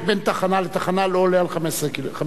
המרחק בין תחנה לתחנה לא עולה על 15 קילומטר.